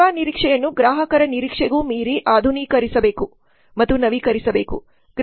ಸೇವಾ ನಿರೀಕ್ಷೆಯನ್ನು ಗ್ರಾಹಕರ ನಿರೀಕ್ಷೆಗೂ ಮೀರಿ ಆಧುನೀಕರಿಸಬೇಕು ಮತ್ತು ನವೀಕರಿಸಬೇಕು